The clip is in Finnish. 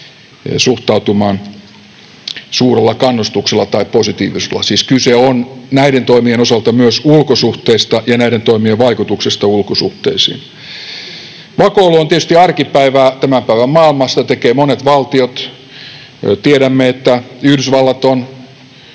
suhtautumaan suurella kannustuksella tai positiivisuudella. Siis kyse on näiden toimien osalta myös ulkosuhteista ja näiden toimien vaikutuksesta ulkosuhteisiin. Vakoilu on tietysti arkipäivää tämän päivän maailmassa, sitä tekevät monet valtiot. Tiedämme, että Yhdysvallat on